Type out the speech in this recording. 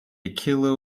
kilo